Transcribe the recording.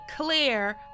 clear